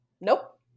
nope